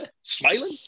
smiling